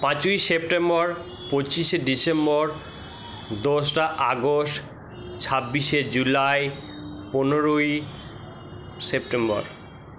পাঁচই সেপ্টেম্বর পঁচিশে ডিসেম্বর দোসরা আগস্ ছাব্বিশে জুলাই পনেরোই সেপ্টেম্বর